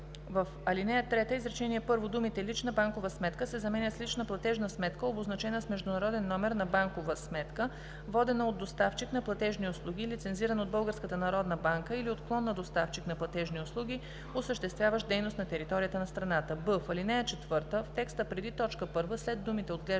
в ал. 3, изречение първо думите „лична банкова сметка“ се заменят с „лична платежна сметка, обозначена с Международен номер на банкова сметка, водена от доставчик на платежни услуги, лицензиран от Българската народна банка, или от клон на доставчик на платежни услуги, осъществяващ дейност на територията на страната“; б) в ал. 4, в текста преди т. 1 след думите „отглеждане